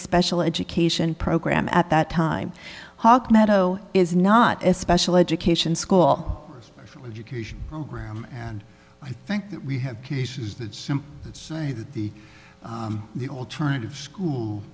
special education program at that time hawk meadow is not as special education school education program and i think that we have cases that simply say that the the alternative school